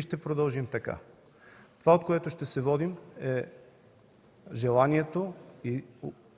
Ще продължим така. Това, от което ще се водим, е желанието и